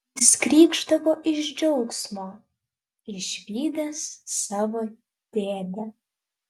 jis krykšdavo iš džiaugsmo išvydęs savo dėdę